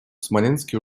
смоленске